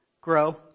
grow